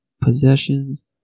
possessions